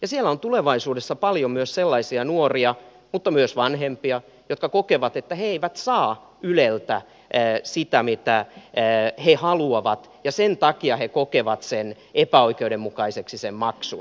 ja siellä on tulevaisuudessa paljon myös sellaisia nuoria mutta myös vanhempia jotka kokevat että he eivät saa yleltä sitä mitä he haluavat ja sen takia he kokevat epäoikeudenmukaiseksi sen maksun